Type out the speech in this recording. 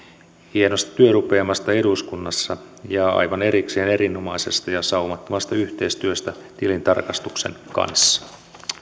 hienosta työrupeamasta eduskunnassa ja aivan erikseen erinomaisesta ja saumattomasta yhteistyöstä tilintarkastuksen kanssa